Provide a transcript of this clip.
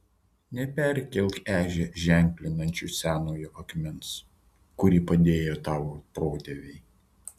neperkelk ežią ženklinančio senojo akmens kurį padėjo tavo protėviai